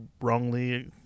wrongly